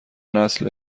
نسل